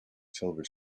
silver